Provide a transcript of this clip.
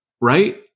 Right